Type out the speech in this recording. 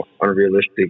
unrealistic